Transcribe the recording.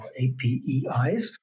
APEIs